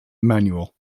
manual